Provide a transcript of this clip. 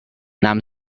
nahm